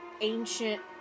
ancient